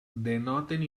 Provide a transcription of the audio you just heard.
denoten